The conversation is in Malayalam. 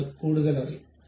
നിങ്ങൾ കൂടുതലറിയും